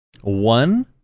One